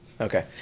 Okay